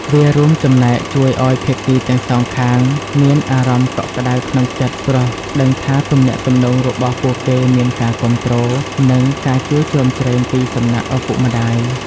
វារួមចំណែកជួយឱ្យភាគីទាំងសងខាងមានអារម្មណ៍កក់ក្ដៅក្នុងចិត្ត ព្រោះដឹងថាទំនាក់ទំនងរបស់ពួកគេមានការគាំទ្រ និងការជួយជ្រោមជ្រែងពីសំណាក់ឪពុកម្ដាយ។